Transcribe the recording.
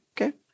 okay